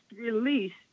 released